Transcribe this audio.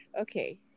okay